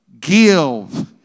Give